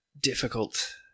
difficult